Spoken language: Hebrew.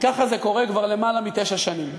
וככה זה קורה כבר למעלה מתשע שנים.